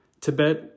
Tibet